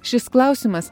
šis klausimas